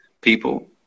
people